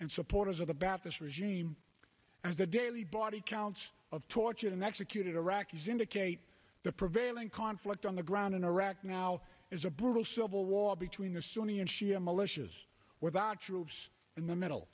and supporters of the bath this regime as the daily body counts of tortured and executed iraqis indicate the prevailing conflict on the ground in iraq now is a brutal civil war between the sunni and shia militias with our troops in the middle